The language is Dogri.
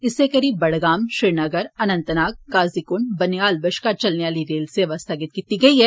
इस्सै करी बड़गाम श्रीनगर अन्नतनाग काजीकुड बनीहाल बश्कार चलने आली रेल सेवा स्थगित कीती गेई ऐ